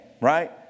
right